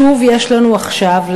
שוב יש לנו עכשיו,